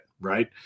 right